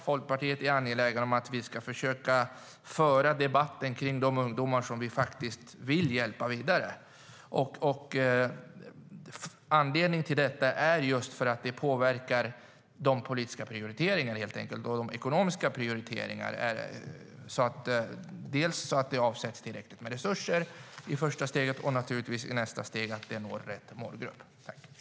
Folkpartiet är angeläget om att vi ska försöka föra debatten om de ungdomar som vi vill hjälpa att komma vidare. Anledningen är att det påverkar de politiska prioriteringarna och de ekonomiska prioriteringarna. Det ska avsättas tillräckliga resurser i det första steget, och i nästa steg ska det naturligtvis nå rätt målgrupp.